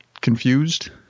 confused